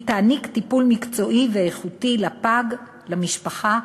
היא תעניק טיפול מקצועי ואיכותי לפג, למשפחה,